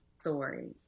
story